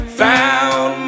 found